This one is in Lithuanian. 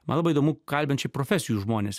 man labai įdomu kalbint šiaip profesijų žmones